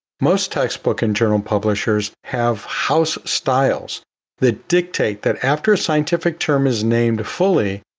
most textbook and journal publishers have house styles that dictate that after a scientific term is named fully.